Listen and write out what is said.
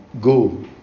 go